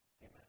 Amen